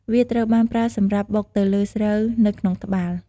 វាត្រូវបានប្រើសម្រាប់បុកទៅលើស្រូវនៅក្នុងត្បាល់។